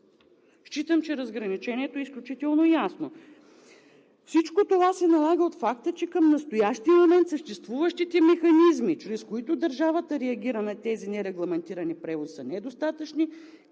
Считам, че разграничението е изключително ясно. Всичко това се налага от факта, че към настоящия момент съществуващите механизми, чрез които държавата реагира на тези нерегламентирани превози, са недостатъчни,